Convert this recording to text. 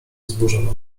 wzburzony